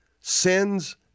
sin's